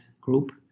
group